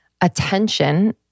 attention